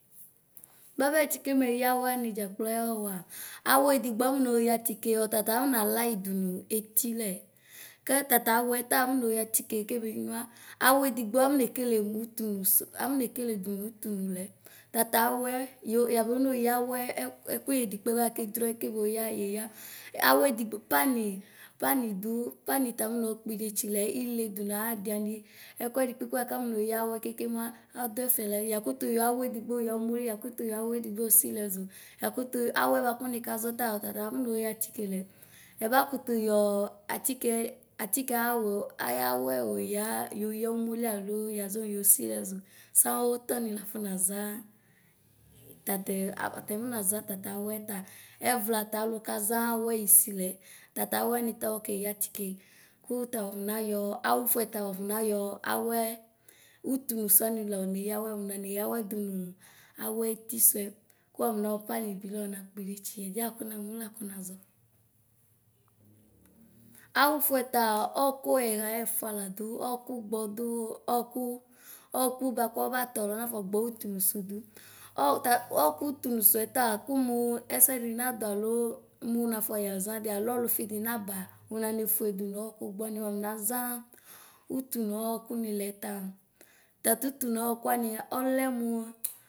Mamɛ dzi kɛme yi ɛkʋyɛ wanɩ dzapklo ayɔwɔa awɛ edigbo afɔnoya atike ɔta afɔ nalayi dʋnʋ etilɛ kʋ ɔtata awɛta afɔnoya etike kebe nyua awɛ edigbo afɔ nekele mʋ ʋtʋnʋ sʋ afɔnekele dʋnʋ ʋtʋnʋ lɛ tatawɛ yɔya awɛ ɛkʋ ɛkʋyɛ dikpekpe kedzroyɛ kɛboya yoya ɛlʋɛ dikpe panɩ ta afɔno kpidetsi lɛ ɩle dʋnʋ ayadi wanɩ ɛkʋɛdɩ kpekpe kafɔnoya awɛ adʋ ɛfɛlɛ yakʋtʋ yɔ awɛ edigbo yoya ʋmoli yakʋtʋ yɔ awɛ edigbo yɔsili ɛdʋ yakʋtʋ awɛ bʋakʋ nikazɔɛta ɔtata afɔnoya atike lɛ ɛmakʋtʋ yɔ atike atike ayawɛ yoya ʋmoli alo yazɔ ɛsili ɛzʋ sahoho tanɩ lafɔnaza tatɛ atanɩ afɔ naza tatawɛ ta ɛvlata alʋ Kaza awɛ yisi lɛ tata awɛ nita okeya atike kʋ wʋta ʋnayɔ awʋfʋɛ ʋnayɔ awɛ ʋtʋnʋ sʋɛ nela ʋneya awɛ dʋnʋ awɛ ʋtɩsʋɛ wafɔ nayɔ panɩ lana kpɔ idetsi ɛdɩɛ akʋ namʋ lakʋ nazɔ awʋfʋɛ ta ɔkʋ nayɩxla ɛfʋa ladʋ ɔkʋgbɔ ɔkʋ bʋakʋ ɔbatɔlɔ ɔnafɔ gbɔ ɔkʋ ʋtʋnʋ sʋdʋ ɔkʋ tatʋ ɔkʋ ʋtʋnʋ sʋɛta kʋmʋ ɛsɛdi nadʋ alo mʋ ɩnafɔyɛ azadi alo ɔlʋfi dina ba ʋnanefʋe dʋnʋ ɔkʋgbɔ nɩ wa naza utʋnʋ ɔkʋmi lɛta tatʋ ʋtʋnʋ ɔkʋ ɔlɩmʋ.